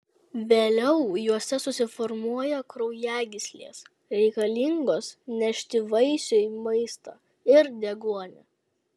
vėliau juose susiformuoja kraujagyslės reikalingos nešti vaisiui maistą ir deguonį